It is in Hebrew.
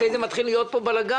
אחרי זה מתחיל להיות בלגאן.